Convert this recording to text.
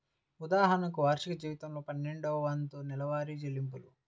ఉదాహరణకు, వార్షిక జీతంలో పన్నెండవ వంతు నెలవారీ చెల్లింపులు